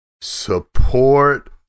support